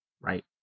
Right